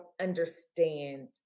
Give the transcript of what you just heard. understand